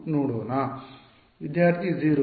ವಿದ್ಯಾರ್ಥಿ 0